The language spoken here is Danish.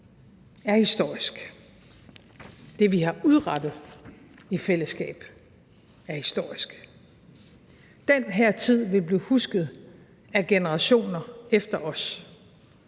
er historisk. Det, vi har udrettet i fællesskab, er historisk. Den her tid vil blive husket af generationer efter os.